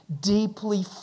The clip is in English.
deeply